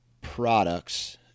products